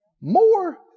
more